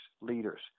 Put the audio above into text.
leaders